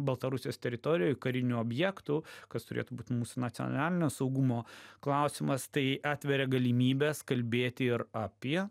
baltarusijos teritorijoj karinių objektų kas turėtų būti mūsų nacionalinio saugumo klausimas tai atveria galimybes kalbėti ir apie